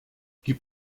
gib